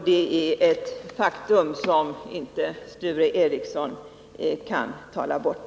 Detta är ett faktum som Sture Ericson inte kan resonera bort.